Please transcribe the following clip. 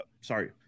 sorry